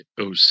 OC